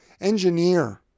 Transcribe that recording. engineer